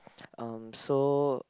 um so